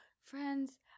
friends